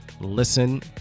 listen